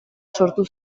sortu